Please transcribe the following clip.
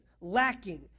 lacking